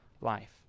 life